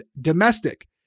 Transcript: domestic